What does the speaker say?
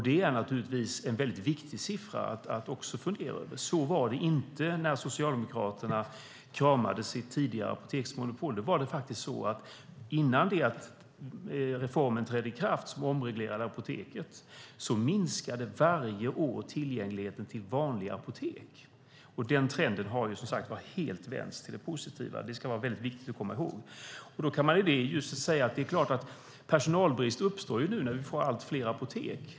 Det är naturligtvis en viktig siffra att fundera över. Så var det inte när Socialdemokraterna kramade sitt tidigare apoteksmonopol. Innan reformen som omreglerade apoteken trädde i kraft minskade tillgängligheten till vanliga apotek varje år. Den trenden har, som sagt, helt vänts till det positiva, vilket är viktigt att komma ihåg. I ljuset av detta kan man säga att det uppstår personalbrist när vi får allt fler apotek.